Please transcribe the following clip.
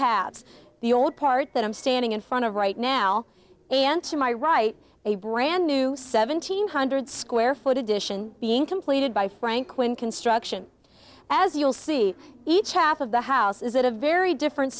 halves the old part that i'm standing in front of right now and to my right a brand new seventeen hundred square foot addition being completed by franklin construction as you'll see each half of the house is at a very different